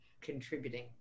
contributing